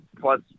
plus